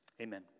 Amen